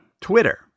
Twitter